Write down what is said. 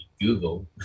Google